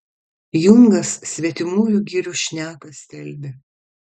jungas svetimųjų girių šneką stelbė